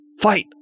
fight